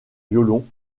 violon